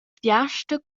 fiasta